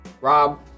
Rob